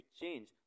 change